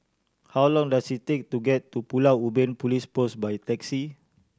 how long does it take to get to Pulau Ubin Police Post by taxi